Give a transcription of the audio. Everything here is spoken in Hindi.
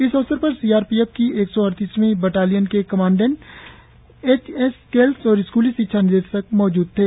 इस अवसर पर सी आर पी एफ की एक सौ अड़तीसवं बटालियन के कमांडेंट एचएस केल्स और स्कूली शिक्षा निदेशक मौजूद थे